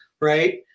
right